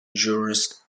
jurist